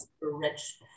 rich